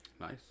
Nice